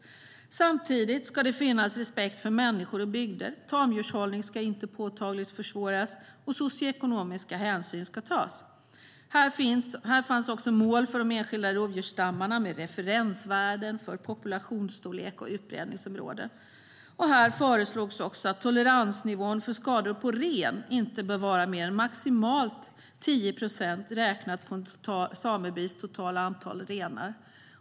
Samtidigt ska det finnas respekt för människor och bygder. Tamdjurshållning ska inte påtagligt försvåras, och socioekonomiska hänsyn ska tas.I propositionen fanns mål för de enskilda rovdjursstammarna med referensvärden för populationsstorlek och utbredningsområden. Där föreslogs också att toleransnivån för skador på ren inte bör vara mer än maximalt 10 procent räknat på en samebys totala antal renar.